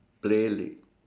play